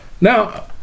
Now